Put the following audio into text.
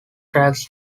tracks